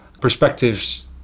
perspectives